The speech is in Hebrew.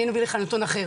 אני אביא לך נתון אחר.